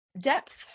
depth